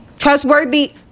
Trustworthy